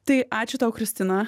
tai ačiū tau kristina